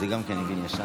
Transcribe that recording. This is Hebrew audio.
חבר הכנסת גדעון סער?